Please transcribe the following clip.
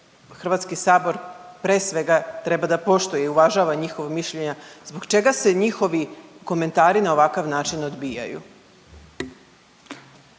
koje HS, pre svega treba da poštuje i uvažava njihova mišljenja, zbog čega se njihovi komentari na ovakav način odbijaju?